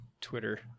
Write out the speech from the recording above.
Twitter